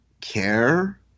care –